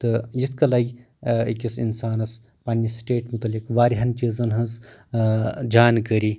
تہٕ یِتھٕے کٔنۍ لگہِ أکِس انسانس پننس سٹیٹ مُتعلق واریاہن چیٖزن ہنٛز جانکٲری